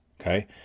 Okay